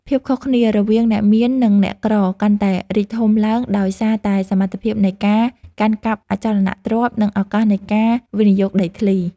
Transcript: ភាពខុសគ្នារវាងអ្នកមាននិងអ្នកក្រកាន់តែរីកធំឡើងដោយសារតែសមត្ថភាពនៃការកាន់កាប់អចលនទ្រព្យ និងឱកាសនៃការវិនិយោគដីធ្លី។